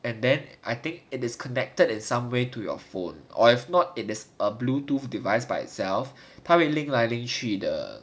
and then I think it is connected in some way to your phone or if not it is a bluetooth device by itself link 来 link 去的